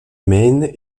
maine